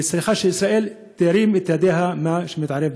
וישראל צריכה להרים את ידיה מלהתערב בסוריה.